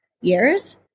years